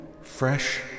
fresh